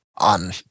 on